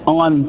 on